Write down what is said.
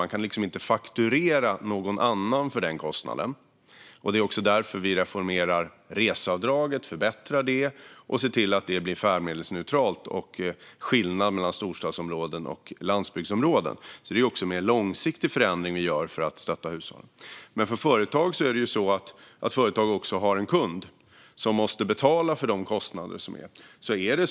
Man kan inte fakturera någon annan för den kostnaden. Det är därför vi reformerar reseavdraget och förbättrar det. Vi ser till att det blir färdmedelsneutralt och att det finns en skillnad mellan storstadsområden och landsbygdsområden. Det är en mer långsiktig förändring vi gör för att stötta hushållen. Företag har ju en kund som måste betala för de kostnader som blir.